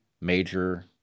major